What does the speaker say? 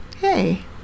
hey